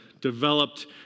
developed